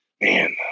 man